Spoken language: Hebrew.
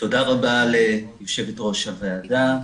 רבה ליושבת-ראש הוועדה,